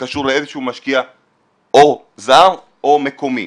שקשור לאיזשהו משקיע או זר או מקומי.